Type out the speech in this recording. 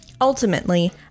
Ultimately